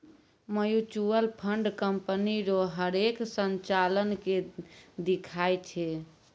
mutual fund company रो हरेक संचालन के दिखाय छै